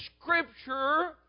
Scripture